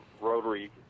rotary